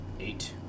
Eight